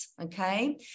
Okay